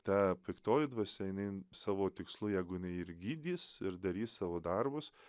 ta piktoji dvasia jinain savo tikslu jeigu jinai ir gydys ir darys savo darbus